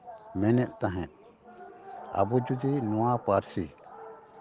ᱢᱮᱱᱮᱫ ᱛᱟᱦᱮᱸᱫ ᱟᱵᱚ ᱡᱩᱫᱤ ᱱᱚᱣᱟ ᱯᱟᱹᱨᱥᱤ